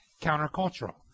countercultural